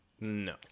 No